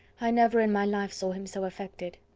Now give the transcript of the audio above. i never in my life saw him so affected.